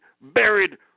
buried